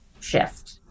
shift